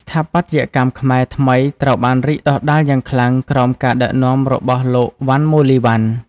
ស្ថាបត្យកម្មខ្មែរថ្មីត្រូវបានរីកដុះដាលយ៉ាងខ្លាំងក្រោមការដឹកនាំរបស់លោក វណ្ណ មូលីវណ្ណ។